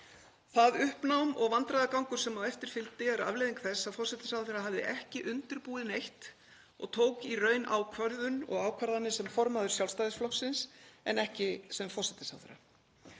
Það uppnám og vandræðagangur sem á eftir fylgdi eru afleiðing þess að forsætisráðherra hafði ekki undirbúið neitt og tók í raun ákvörðun og ákvarðanir sem formaður Sjálfstæðisflokksins en ekki sem forsætisráðherra.